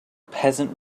peasant